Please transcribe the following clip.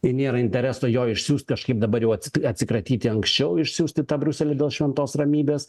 jei nėra intereso jo išsiųst kažkaip dabar jau atsikratyti anksčiau išsiųst į tą briuselį dėl šventos ramybės